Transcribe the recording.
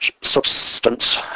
substance